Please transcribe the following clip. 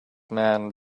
man